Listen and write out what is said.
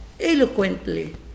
eloquently